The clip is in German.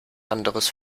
anderes